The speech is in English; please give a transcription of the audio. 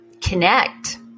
Connect